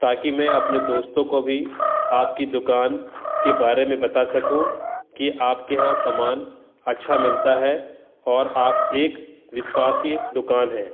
ताकि मैं अपने दोस्तों को भी आप की दुकान के बारे में बता सकूँ कि आप के यहाँ समान अच्छा मिलता है और आप एक विश्वानीय दुकान हैं